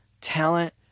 talent